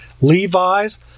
Levi's